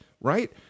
Right